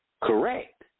Correct